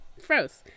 froze